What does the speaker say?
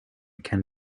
can